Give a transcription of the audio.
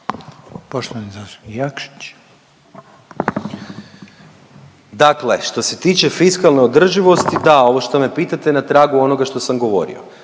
Dakle što se tiče fiskalne održivosti, da, ovo što sam pitate na tragu onoga što sam govorio.